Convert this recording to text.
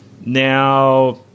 Now